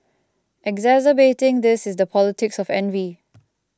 exacerbating this is the politics of envy